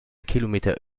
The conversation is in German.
kilometer